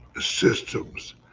systems